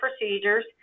procedures